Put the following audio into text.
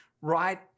right